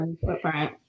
footprint